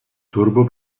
turbo